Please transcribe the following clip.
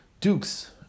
dukes